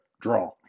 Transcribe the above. draw